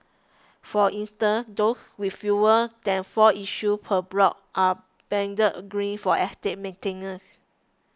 for instance those with fewer than four issues per block are banded green for estate maintenance